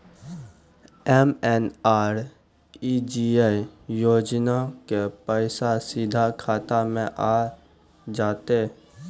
MNREGA योजना के पैसा सीधा खाता मे आ जाते?